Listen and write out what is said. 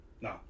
No